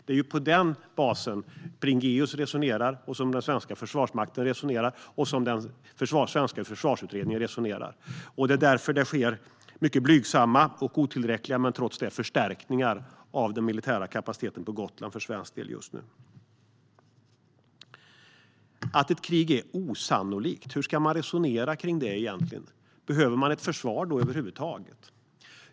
Det är på den basen Bringéus och den svenska försvarsmakten och försvarsutredningen resonerar. Det är därför det just nu sker - mycket blygsamma och otillräckliga men ändå - förstärkningar av den militära kapaciteten på Gotland för svensk del. Att ett krig är osannolikt, hur ska man resonera kring det? Behöver man över huvud taget ett försvar då?